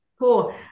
cool